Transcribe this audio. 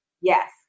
Yes